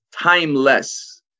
timeless